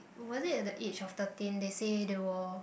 was it at the age of thirteen they say they will